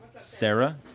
Sarah